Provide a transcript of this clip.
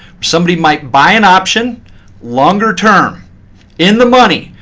somebody might buy an option longer term in the money,